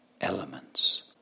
elements